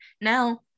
now